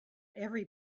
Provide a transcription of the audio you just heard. every